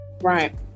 Right